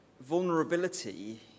vulnerability